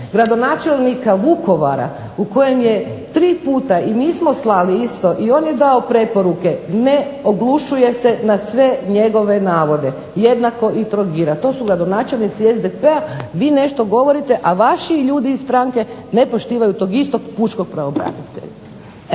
gradonačelnika Vukovara u kojem je tri puta, i mi smo slali isto i on je dao preporuke, ne, oglušuje se na sve njegove navode jednako i Trogira. To su gradonačelnici SDP-a, vi nešto govorite, a vaši ljudi iz stranke ne poštivaju tog istog pučkog pravobranitelja.